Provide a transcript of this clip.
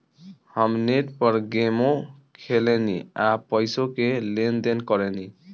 हम नेट पर गेमो खेलेनी आ पइसो के लेन देन करेनी